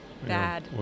bad